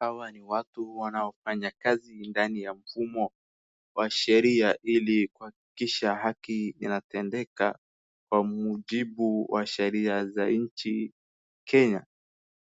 Hwa ni watu wanaofanya kazi kwenye mfumo wa sheri aili kuhakikisha haki infanyika kwa mujibu za sheria ya nchi Kenya